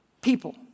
people